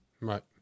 Right